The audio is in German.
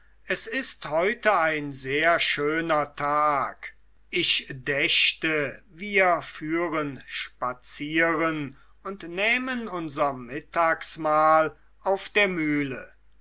es ist heute ein sehr schöner tag ich dächte wir führen spazieren und nähmen unser mittagsmahl auf der mühle